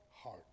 heart